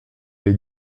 les